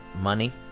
money